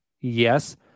Yes